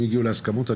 אם הגיעו להסכמות,